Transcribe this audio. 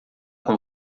com